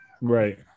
Right